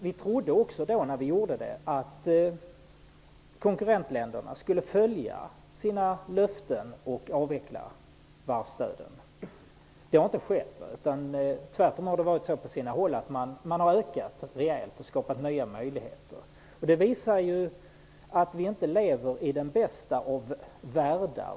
Vi trodde när vi fattade detta beslut att konkurrentländerna skulle följa sina löften och avveckla varvsstödet. Det har inte skett. Tvärtom har man på sina håll ökat det rejält och skapat nya möjligheter. Det visar att vi inte lever i den bästa av världar.